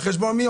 על חשבון מי?